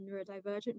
neurodivergent